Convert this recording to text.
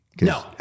No